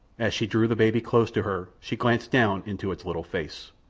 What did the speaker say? as she drew the baby close to her she glanced down into its little face.